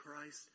Christ